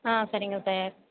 ஆ சரிங்க சார்